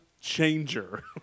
changer